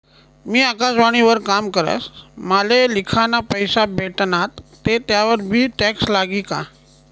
मी आकाशवाणी वर काम करस माले लिखाना पैसा भेटनात ते त्यावर बी टॅक्स लागी का?